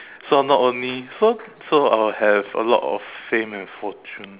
so not only so so I'll have a lot of fame and fortune